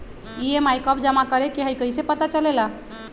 EMI कव जमा करेके हई कैसे पता चलेला?